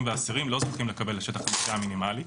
והאסירים לא זוכים לקבל את שטח המחיה המינימלי.